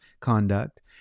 conduct